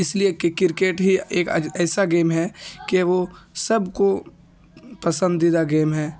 اس لیے کہ کرکٹ ہی ایک ایسا گیم ہے کہ وہ سب کو پسندیدہ گیم ہے